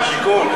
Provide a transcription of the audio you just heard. עולה שר השיכון.